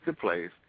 place